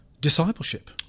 discipleship